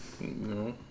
No